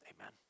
amen